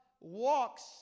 walks